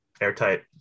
Airtight